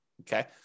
Okay